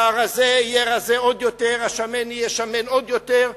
שהרזה יהיה רזה עוד יותר, השמן יהיה שמן עוד יותר,